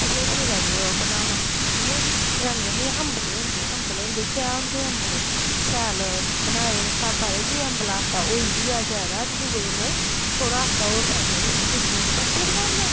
भठोरूएं दा केह् बनाना इ'यां जनानियां आखदियां अम्बले होंदे अम्बले होंदे की होंदे अम्बले शैल बनाए दे होन जे स्हाबै दे ते अम्बला आटा होई बी गेआ जैदा ते दुऐ दिने गी थोह्ड़ा आटा होर पाइयै ते उसी गुन्नियै ते परतियै बनाई ले